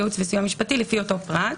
ייעוץ וסיוע משפטי לפי אותו פרט.